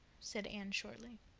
said anne shortly.